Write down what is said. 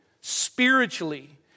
spiritually